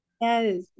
Yes